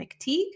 McTeague